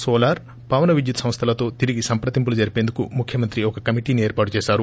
నోలార్ పవన్ విద్యుత్ సంస్వలతో తిరిగి సంప్రదింపులు జరిపేందుకు ముఖ్యమంత్రి ఒక కమిటీని ఏర్పాటు చేశారు